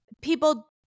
people